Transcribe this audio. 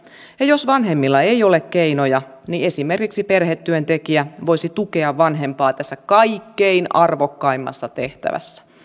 ja jos vanhemmilla ei ole keinoja esimerkiksi perhetyöntekijä voisi tukea vanhempaa tässä kaikkein arvokkaimmassa tehtävässä